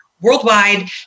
worldwide